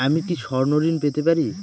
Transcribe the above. আমি কি স্বর্ণ ঋণ পেতে পারি?